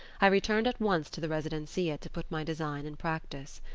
i returned at once to the residencia to put my design in practice.